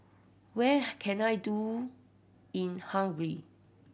where can I do in Hungary